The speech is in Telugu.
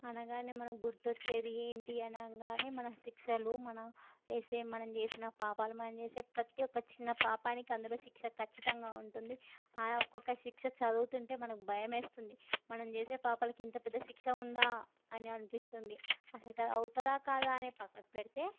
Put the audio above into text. అనగానే మనకు గుర్తు వచ్చేది ఏంటి అనగానే మన శిక్షలు మన వేసే మనం చేసిన పాపాలు మనం చేసే ప్రతీ ఒక్క చిన్న పాపానికి అందులో శిక్ష ఖచ్చితంగా ఉంటుంది ఆ ఒక్కొక్క శిక్ష చదువుతుంటే మనకి భయం వేస్తుంది మనం చేసే పాపాలకి ఇంత పెద్ద శిక్ష ఉందా అని అనిపిస్తుంది అసలుకి అది అవుతుందా కాదా అని ప్రక్కకు పెడితే